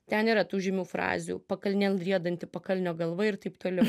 ten yra tų žymių frazių pakalnėn riedanti pakalnio galva ir taip toliau